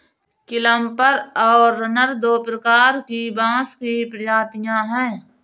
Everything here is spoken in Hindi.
क्लम्पर और रनर दो प्रकार की बाँस की प्रजातियाँ हैं